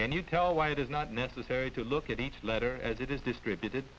can you tell why it is not necessary to look at each letter as it is distributed